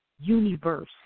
Universe